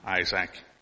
Isaac